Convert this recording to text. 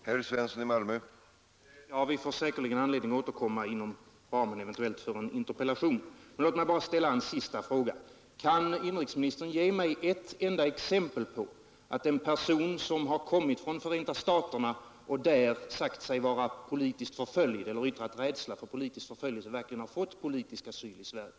Herr talman! Ja, vi får säkerligen anledning att återkomma till den här saken, eventuellt inom ramen för en interpellation. Men låt mig bara ställa en sista fråga: Kan inrikesministern ge mig ett enda exempel på att en person, som har kommit från Förenta staterna och sagt sig där vara politiskt förföljd eller yttrat rädsla för politisk förföljelse, verkligen har fått politisk asyl i Sverige?